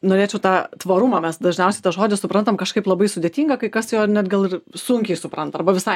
norėčiau tą tvarumą mes dažniausiai tą žodį suprantam kažkaip labai sudėtinga kai kas jo net gal sunkiai supranta arba visai